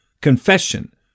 Confession